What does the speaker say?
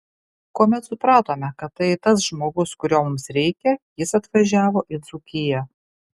kuomet supratome kad tai tas žmogus kurio mums reikia jis atvažiavo į dzūkiją